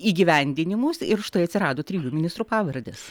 įgyvendinimus ir štai atsirado trijų ministrų pavardės